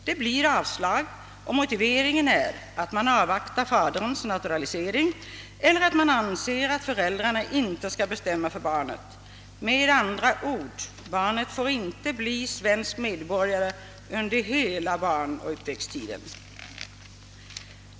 Det blir i stället avslag med motiveringen att faderns naturalisation avvaktas eller att det anses att föräldrarna inte skall bestämma för barnet. Med andra ord: barnet får inte bli svensk medborgare under hela barndomen och uppväxttiden.